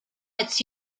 its